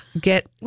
Get